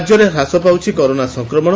ରାଜ୍ୟରେ ହ୍ରାସ ପାଉଛି କରୋନା ସଂକ୍ରମଣ